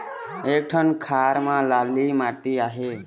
एक ठन खार म लाली माटी आहे?